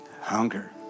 hunger